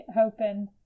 hoping